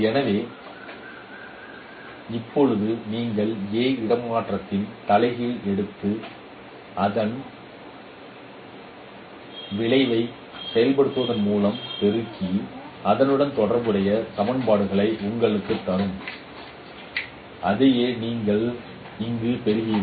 எனவே இப்போது நீங்கள் ஒரு A இடமாற்றத்தின் தலைகீழ் எடுத்து அதன் விளைவாக செயல்படுவதன் மூலம் பெருக்கி அதனுடன் தொடர்புடைய சமன்பாடுகளை உங்களுக்குத் தரும் அதையே நீங்கள் இங்கு பெறுகிறீர்கள்